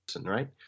right